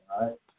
right